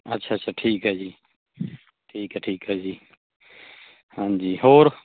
ਅੱਛਾ ਅੱਛਾ ਠੀਕ ਹੈ ਜੀ ਠੀਕ ਹੈ ਠੀਕ ਹੈ ਜੀ ਹਾਂਜੀ ਹੋਰ